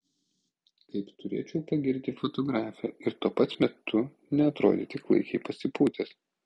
kaip turėčiau pagirti fotografę ir tuo pat metu neatrodyti klaikiai pasipūtęs